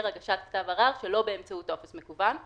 הגשת כתב ערר שלא באמצעות טופס מקוון,